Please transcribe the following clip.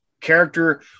character